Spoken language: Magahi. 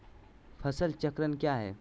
फसल चक्रण क्या है?